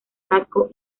casco